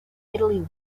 italy